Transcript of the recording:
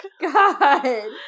God